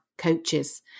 Coaches